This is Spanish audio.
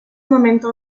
momento